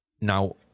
Now